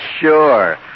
Sure